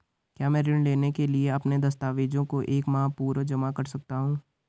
क्या मैं ऋण लेने के लिए अपने दस्तावेज़ों को एक माह पूर्व जमा कर सकता हूँ?